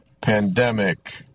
pandemic